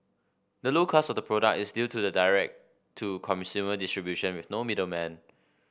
the low cost of the product is due to the direct to consumer distribution with no middlemen